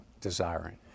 desiring